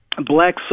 black